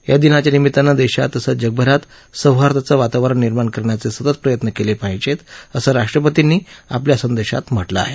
या दिनाच्या निमित्तानं देशात तसंच जगभरात सौहार्दाचं वातावरण निर्माण करण्याचे सतत प्रयत्न केले पाहिजेत असं राष्ट्रपतींनी आपल्या संदेशात म्हटलं आहे